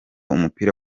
umupira